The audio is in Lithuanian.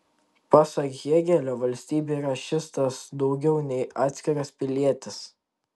pasak hėgelio valstybė yra šis tas daugiau nei atskiras pilietis